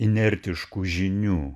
inertiškų žinių